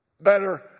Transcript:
better